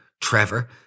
Trevor